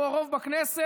הוא הרוב בכנסת,